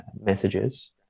messages